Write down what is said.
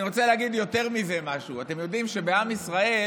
אני רוצה להגיד יותר מזה משהו: אתם יודעים שבעם ישראל,